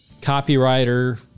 copywriter